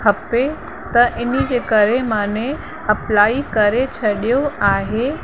खपे त हिनजे करे माने अप्लाई करे छॾियो आहे